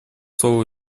слово